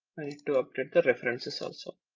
to update the references also.